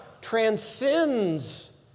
transcends